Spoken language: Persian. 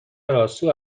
راسو